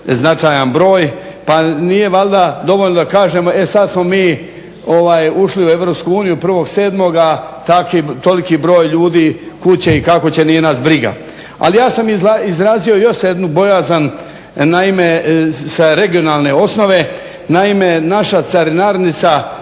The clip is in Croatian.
značajan broj. Pa nije valjda dovoljno da kažem e sada smo mi ušli u Europsku uniju 1. 7. toliki broj ljudi kuda će i kako nije nas briga. Ali ja sam izrazio još jednu bojazan, naime, sa regionalne osnove, naime, naša carinarnica